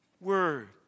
word